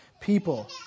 people